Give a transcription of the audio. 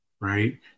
right